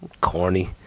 Corny